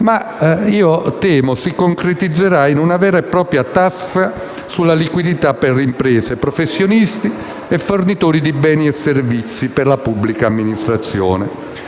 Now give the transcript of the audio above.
ma io temo si concretizzerà in una vera e propria tassa sulla liquidità per imprese, professionisti e fornitori di beni e servizi per la pubblica amministrazione.